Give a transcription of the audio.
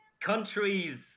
countries